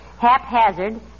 Haphazard